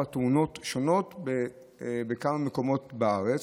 תאונות שונות שהתרחשו בכמה מקומות בארץ.